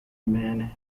man